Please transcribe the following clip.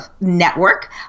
network